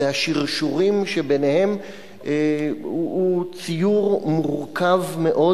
והשרשורים שביניהן הוא ציור מורכב מאוד,